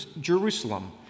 Jerusalem